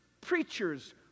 preachers